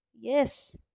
Yes